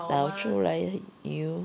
倒出来油